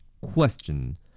Question